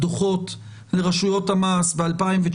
דוחות לרשויות המס ב-2019,